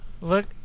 Look